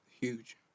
Huge